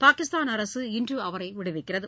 பாகிஸ்தான் அரசு இன்று அவரை விடுவிக்கிறது